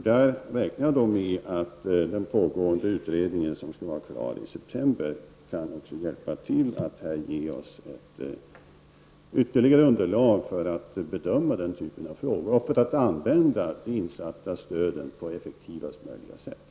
Jag räknar med att den pågående utredningen, som skall vara klar i september, kan hjälpa till att ge oss ett ytterligare underlag för att bedöma den typen av frågor och för att använda de insatta stöden på effektivaste möjliga sätt.